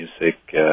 music